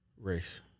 Race